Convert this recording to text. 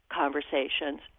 conversations